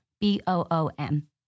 B-O-O-M